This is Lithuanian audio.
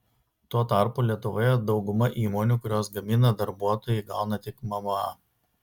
tuo tarpu lietuvoje dauguma įmonių kurios gamina darbuotojai gauna tik mma